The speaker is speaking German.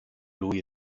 louis